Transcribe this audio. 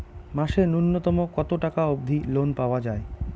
মাসে নূন্যতম কতো টাকা অব্দি লোন পাওয়া যায়?